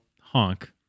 honk